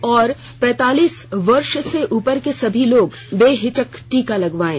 और पैंतालीस वर्ष से उपर के सभी लोग बेहिचक टीका लगवायें